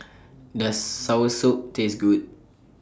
Does Soursop Taste Good